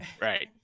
Right